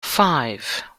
five